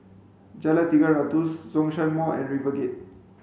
Jalan Tiga Ratus Zhongshan Mall and RiverGate